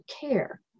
care